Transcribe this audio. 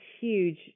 huge